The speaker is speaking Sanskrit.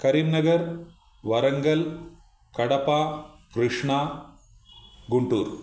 करीमनगरं वरङ्गल कडपा कृष्णा गुण्टूर्